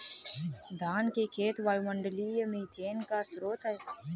धान के खेत वायुमंडलीय मीथेन का स्रोत हैं